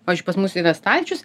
pavyzdžiui pas mus yra stalčius